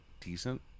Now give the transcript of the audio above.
decent